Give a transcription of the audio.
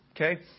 Okay